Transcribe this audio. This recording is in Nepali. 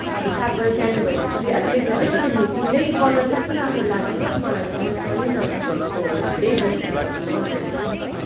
अब सार्प गरेर सानो भएपछि अझ लेख्दा अलिकति मेटिँदै कलर त्यस्तो राम्रो लागेन हौ मलाई त मनपरेन तपाईँको त्यही भनेर कल गरेको नि